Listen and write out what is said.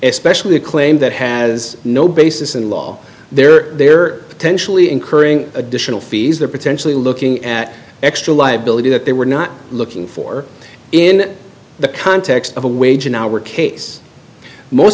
especially a claim that has no basis in law there they're potentially incurring additional fees they're potentially looking at extra liability that they were not looking for in the context of a wage in our case most